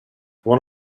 one